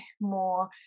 more